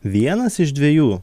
vienas iš dviejų